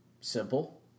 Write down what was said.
simple